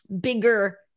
bigger